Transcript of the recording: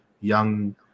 young